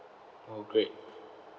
oh great